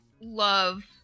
love